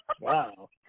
Wow